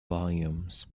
volumes